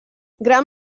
gran